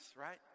right